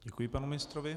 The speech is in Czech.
Děkuji panu ministrovi.